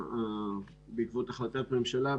בעקבות החלטת ממשלה,